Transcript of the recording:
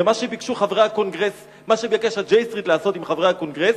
ומה שביקש ה- J Streetלעשות עם חברי הקונגרס